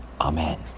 Amen